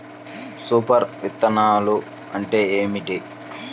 Super విత్తనాలు అంటే ఏమిటి?